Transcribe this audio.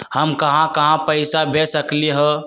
हम कहां कहां पैसा भेज सकली ह?